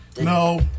no